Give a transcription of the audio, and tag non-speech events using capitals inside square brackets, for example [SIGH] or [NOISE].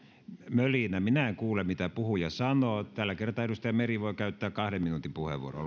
mölinässä minä en kuule mitä puhuja sanoo tällä kertaa edustaja meri voi käyttää kahden minuutin puheenvuoron [UNINTELLIGIBLE]